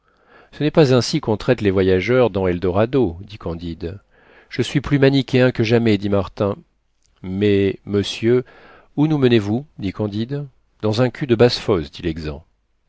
ce n'est pas ainsi qu'on traite les voyageurs dans eldorado dit candide je suis plus manichéen que jamais dit martin mais monsieur où nous menez-vous dit candide dans un cul de basse-fosse dit l'exempt